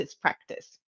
practice